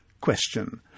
Question